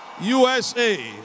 USA